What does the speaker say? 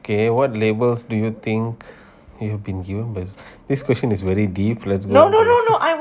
okay what labels do you think you have been given wait this question is very deep let's go